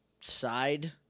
side